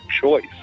choice